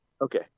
Okay